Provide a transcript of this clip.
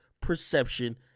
perception